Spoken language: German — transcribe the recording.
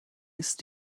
ist